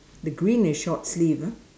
the green is short sleeve ah